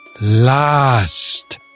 last